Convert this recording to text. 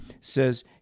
says